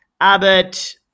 Abbott